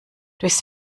durchs